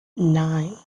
nine